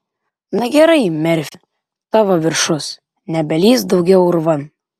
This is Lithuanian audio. na gerai merfi tavo viršus nebelįsk daugiau urvan